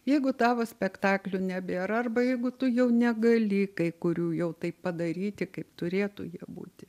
jeigu tavo spektaklių nebėra arba jeigu tu jau negali kai kurių jau taip padaryti kaip turėtų jie būti